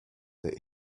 that